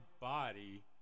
body